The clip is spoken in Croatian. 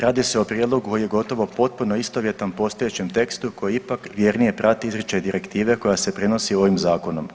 Radi se o prijedlogu koji je gotovo potpuno istovjetan postojećem tekstu koji ipak vjernije prati izričaj direktive koja se prenosi ovim zakonom.